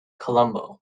colombo